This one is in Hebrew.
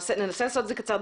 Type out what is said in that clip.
ננסה לעשות את זה קצר.